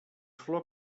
flor